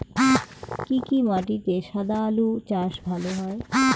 কি কি মাটিতে সাদা আলু চাষ ভালো হয়?